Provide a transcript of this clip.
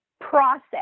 process